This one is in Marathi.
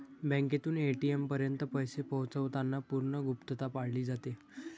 बँकेतून ए.टी.एम पर्यंत पैसे पोहोचवताना पूर्ण गुप्तता पाळली जाते